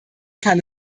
kann